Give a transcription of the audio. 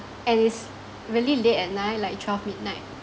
and it's really late at night like twelve midnight